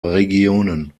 regionen